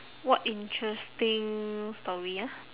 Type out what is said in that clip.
what interesting story ah